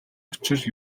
учир